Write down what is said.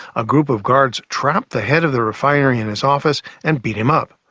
a group of guards trapped the head of the refinery in his office and beat him up.